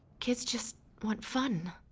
kids just want fun.